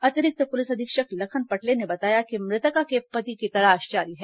अतिरिक्त पुलिस अधीक्षक लखन पटले ने बताया कि मृतका के पति की तलाश जारी है